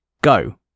Go